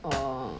orh